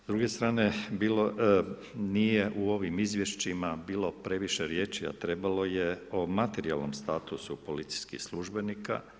S druge strane nije u ovim izvješćima bilo previše riječi, a trebalo je, o materijalnom statusu policijskih službenika.